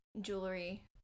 jewelry